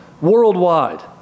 worldwide